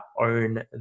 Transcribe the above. own